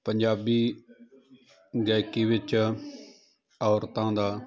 ਪੰਜਾਬੀ ਗਾਇਕੀ ਵਿੱਚ ਔਰਤਾਂ ਦਾ